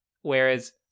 Whereas